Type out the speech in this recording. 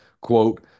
quote